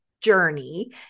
journey